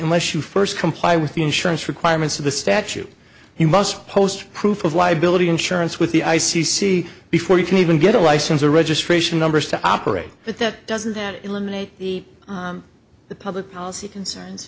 unless you first comply with the insurance requirements of the statute you must post proof of liability insurance with the i c c before you can even get a license or registration numbers to operate but that doesn't then eliminate the public policy concerns